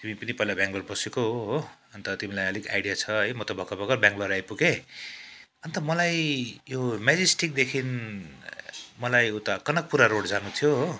तिमी पनि पहिला बेङ्गलोर बसेको हो अन्त तिमीलाई अलिक आइडिया छ है म त भर्खर भर्खर बेङ्गलोर आइपुगेँ अन्त मलाई यो मेरिस्टिकदेखि मलाई उता कनकपुरा रोड जानु थियो हो